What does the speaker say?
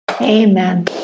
Amen